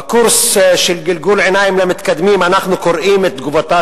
בקורס של גלגול עיניים למתקדמים אנחנו קוראים את תגובתה